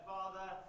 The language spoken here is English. Father